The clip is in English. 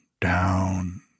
down